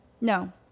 No